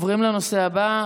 עוברים לנושא הבא,